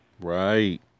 Right